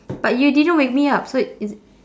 but you didn't wake me up so is it